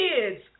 kids